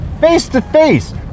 face-to-face